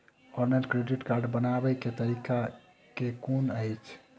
Offline credit card बनाबै केँ तरीका केँ कुन अछि?